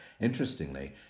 Interestingly